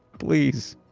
please!